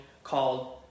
called